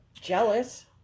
Jealous